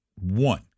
one